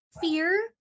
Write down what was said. fear